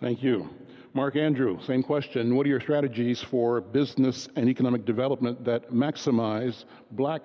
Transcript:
thank you mark andrew same question what are your strategies for business and economic development that maximize black